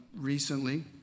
recently